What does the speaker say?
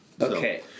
Okay